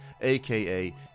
aka